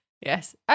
Yes